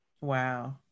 wow